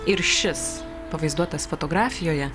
ir šis pavaizduotas fotografijoje